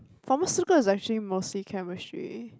pharmaceutical is actually mostly chemistry